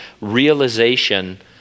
realization